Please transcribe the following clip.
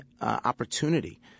opportunity